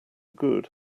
good